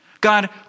God